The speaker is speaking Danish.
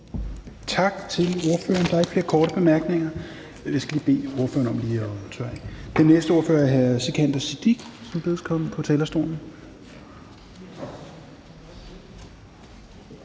Tak til ordføreren. Der er ikke flere korte bemærkninger. Jeg skal lige bede ordføreren om at tørre af her. Den næste ordfører er hr. Sikandar Siddique, som bedes komme på talerstolen.